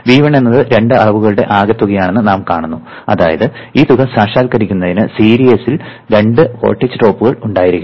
V1 എന്നത് രണ്ട് അളവുകളുടെ ആകെത്തുകയാണെന്ന് നാം കാണുന്നു അതായത് ഈ തുക സാക്ഷാത്കരിക്കുന്നതിന് സീരിയലിൽ രണ്ട് വോൾട്ടേജ് ഡ്രോപ്പുകൾ ഉണ്ടായിരിക്കണം